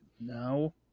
now